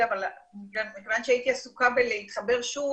אם נופלים על תקופת המעבר,